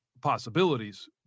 possibilities